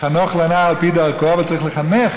"חנֹך לנער על פי דרכו" אבל צריך לחנך.